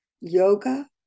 yoga